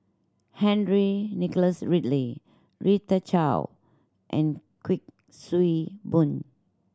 Henry Nicholas Ridley Rita Chao and Kuik Swee Boon